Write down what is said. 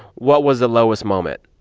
what was the lowest moment?